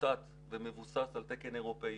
מושתת ומבוסס על תקן אירופאי.